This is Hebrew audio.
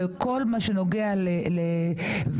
ובכל מה שנוגע לוועדה